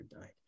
died